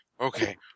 okay